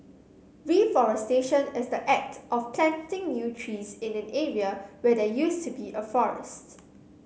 reforestation is the act of planting new trees in an area where there used to be a forest